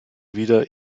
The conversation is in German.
wieder